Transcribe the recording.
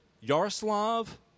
Yaroslav